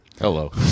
Hello